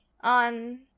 on